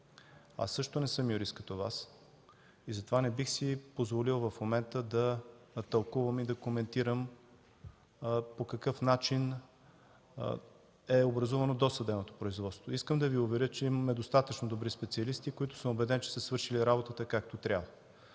Аз също не съм юрист като Вас и затова не бих си позволил в момента да тълкувам и да коментирам по какъв начин е образувано досъдебното производство. Искам да Ви уверя, че имаме достатъчно добри специалисти, които съм убеден, че са свършили работата както трябва.